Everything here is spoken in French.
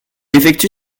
effectue